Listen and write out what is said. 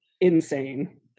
insane